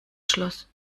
schloss